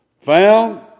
found